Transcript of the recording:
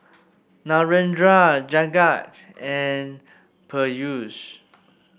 Narendra Jagat and Peyush